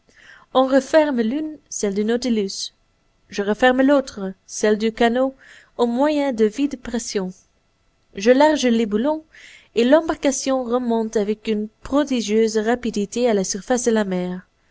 on referme l'une celle du nautilus je referme l'autre celle du canot au moyen de vis de pression je largue les boulons et l'embarcation remonte avec une prodigieuse rapidité à la surface de la mer